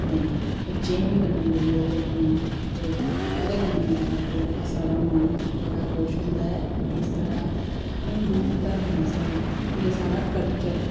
अपने बच्चे ई बी कन्नै लेइयै जन्ने आं ते ओह्दे कन्नै जेह्ड़ा केह् अस मन बड़ा खुश होंदा एह् साढ़ा हिंदू धर्म ऐ साढ़ा एह् साढ़ा कल्चर ऐ